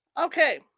Okay